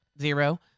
zero